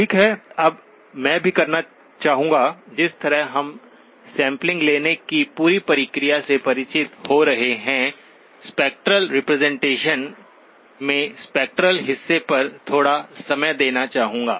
ठीक है अब मैं भी करना चाहूंगा जिस तरह हम सैंपलिंग लेने की पूरी प्रक्रिया से परिचित हो रहे हैं स्पेक्ट्रल रिप्रेजेंटेशन मैं स्पेक्ट्रल हिस्से पर थोड़ा समय देना चाहूंगा